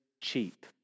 cheap